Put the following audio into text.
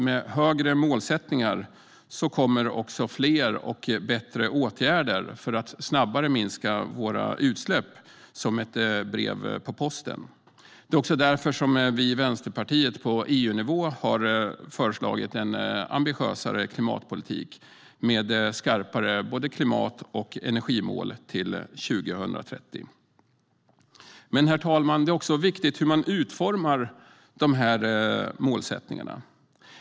Med högre målsättningar kommer också fler och bättre åtgärder för att snabbare minska våra utsläpp som ett brev på posten. Det är också därför som vi i Vänsterpartiet på EU-nivå har föreslagit en ambitiösare klimatpolitik med skarpare både klimat och energimål till 2030. Herr talman! Det är också viktigt hur man utformar målsättningarna.